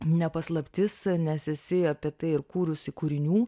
ne paslaptis nes esi apie tai ir kūrusi kūrinių